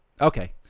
Okay